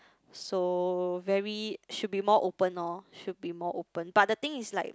so very should be more open oh should be more open but the thing is like